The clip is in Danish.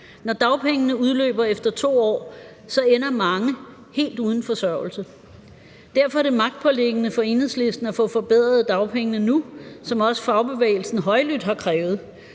Når dagpengene udløber efter 2 år, ender mange helt uden forsørgelse. Derfor er det magtpåliggende for Enhedslisten at få forbedret dagpengene nu, som også fagbevægelsen højlydt har krævet